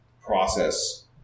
process